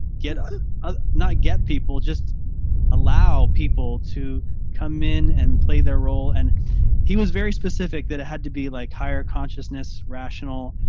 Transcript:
get ah a not get people just allow people to come in and play their role and he was very specific that it had to be like higher consciousness rational,